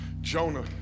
Jonah